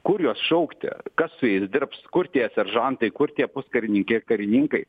kur juos šaukti kas su jais dirbs kur tie seržantai kur tie puskarininkiai ar karininkai